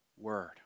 word